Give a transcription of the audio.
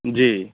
जी